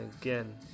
again